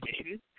issues